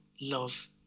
love